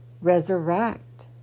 resurrect